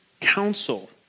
counsel